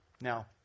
Now